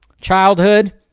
childhood